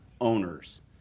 owners